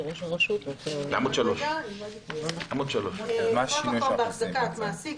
עמוד 3. "מקום עבודה" כל מקום בהחזקת מעסיק,